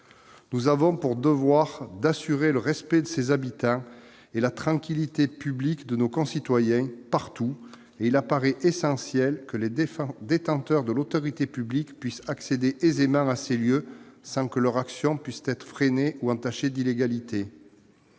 Nous avons pour devoir de garantir partout le respect et la tranquillité de nos concitoyens ; à ce titre, il apparaît essentiel que les détenteurs de l'autorité publique puissent accéder aisément à ces lieux sans que leur action puisse être freinée ou entachée d'illégalité.